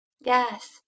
Yes